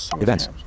events